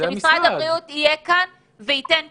משרד הבריאות יהיה כאן וייתן תשובות.